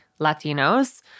Latinos